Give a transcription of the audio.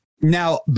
Now